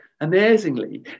amazingly